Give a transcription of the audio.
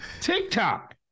TikTok